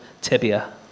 tibia